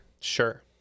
sure